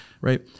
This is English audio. right